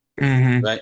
Right